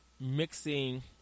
mixing